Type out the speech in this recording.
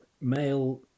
male